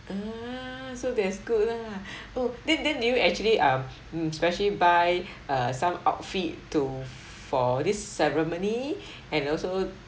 ah so that's good lah oh then then did you actually um mm specially by uh some outfit to for this ceremony and also